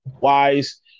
Wise